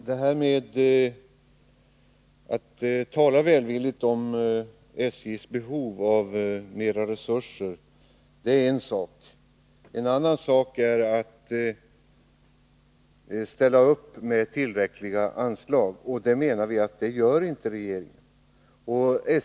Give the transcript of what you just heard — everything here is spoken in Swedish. Herr talman! Att tala välvilligt om SJ:s behov av mera resurser är en sak. En annan sak är att ställa upp med tillräckliga anslag, och vi menar att det gör inte regeringen.